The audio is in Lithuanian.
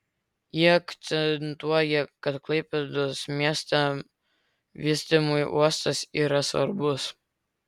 ji akcentuoja kad klaipėdos miesto vystymui uostas yra svarbus